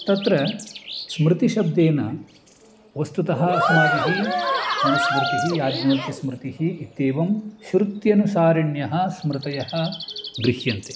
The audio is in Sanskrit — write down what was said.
तत्र स्मृतिशब्देन वस्तुतः अस्माभिः मनुस्मृतिः याज्ञवल्क्यस्मृतिः इत्येवं शृत्यनुसारिण्यः स्मृतयः गृह्यन्ते